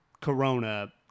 Corona